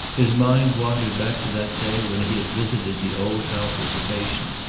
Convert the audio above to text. his mind wandered back to that day when he had visited the old house as a patient,